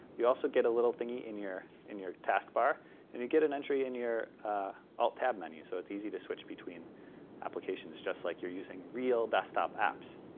you also get a little thingy in your in your task bar and you get an entry in your alt-tab menu, so it's easy to switch between applications just like you're using real desktop apps.